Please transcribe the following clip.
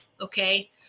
Okay